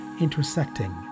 intersecting